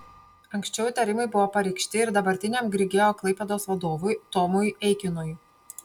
anksčiau įtarimai buvo pareikšti ir dabartiniam grigeo klaipėdos vadovui tomui eikinui